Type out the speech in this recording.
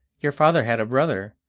your father had a brother,